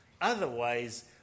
Otherwise